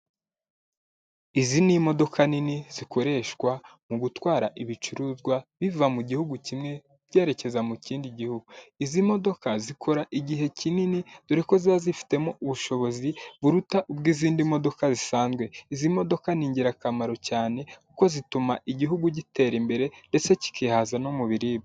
Izi ni imodoka nini zikoreshwa mu gutwara ibicuruzwa, biva mu gihugu kimwe byerekeza mu kindi gihugu. Izi modoka zikora igihe kinini dore ko ziba zifitemo ubushobozi buruta ubw'izindi modoka zisanzwe, izi modoka ni ingirakamaro cyane kuko zituma igihugu gitera imbere ndetse kikihaza no mu biribwa.